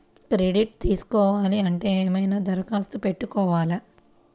Credit తీసుకోవాలి అంటే ఏమైనా దరఖాస్తు పెట్టుకోవాలా?